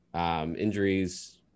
Injuries